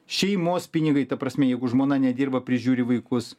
šeimos pinigai ta prasme jeigu žmona nedirba prižiūri vaikus